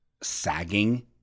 Sagging